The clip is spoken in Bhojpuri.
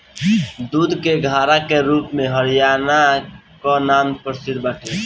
दूध के घड़ा के रूप में हरियाणा कअ नाम प्रसिद्ध बाटे